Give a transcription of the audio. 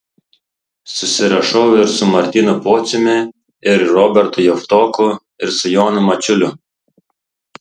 susirašau ir su martynu pociumi ir robertu javtoku ir su jonu mačiuliu